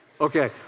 Okay